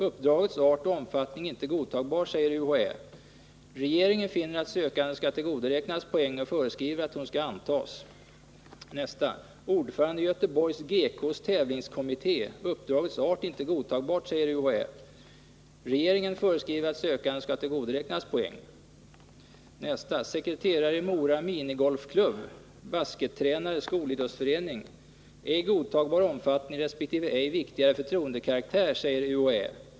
Uppdragets art och omfattning är inte godtagbara, säger UHÄ. Regeringen finner att sökanden skall tillgodoräknas poäng och föreskriver att hon skall antas. Ordförande i Göteborgs GK:s tävlingskommitté. Uppdragets art är inte godtagbart, säger UHÄ. Regeringen föreskriver att sökanden skall tillgodoräknas poäng. Sekreterare i Mora minigolfklubb. Baskettränare i skolidrottsföreningen. Ej godtagbar omfattning resp. ej viktigare förtroendekaraktär, säger UHÄ.